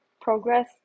progress